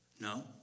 No